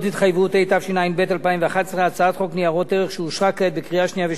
התשע"ב 2012. הצעת חוק זו כוללת